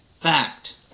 fact